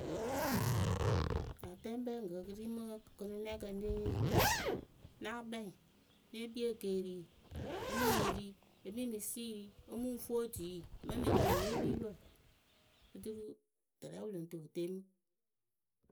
Atɛɛkpɛŋkǝ kɨr i mɨ kɨnɨnɛkǝ nee yee náa kpɛŋ ne kpii ekeeri, e mɨ mɨ ri e mimi siiri nóo fuu otui mɨŋ mɨ yɩrɩ mɨ epipǝ oturu tɨrɛ wɨ lɨŋ tɨ wɨ te mɨ.